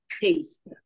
taste